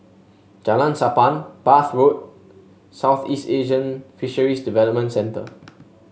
Jalan Sappan Bath Road Southeast Asian Fisheries Development Centre